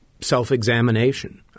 Self-examination